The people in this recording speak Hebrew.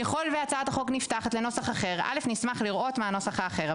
ככל שהצעת החוק נפתחת לנוסח אחר נשמח לראות מהו הנוסח האחר.